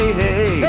hey